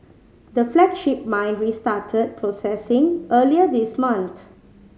the flagship mine restarted processing earlier this month